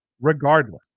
regardless